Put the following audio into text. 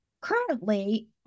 currently